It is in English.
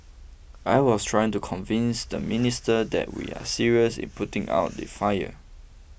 I was trying to convince the minister that we are serious in putting out the fire